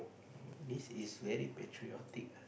this is very patriotic ah